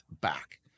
back